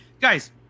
guys